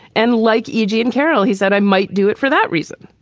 and like eugene carroll, he said, i might do it for that reason.